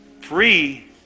Free